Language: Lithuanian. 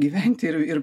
gyventi ir ir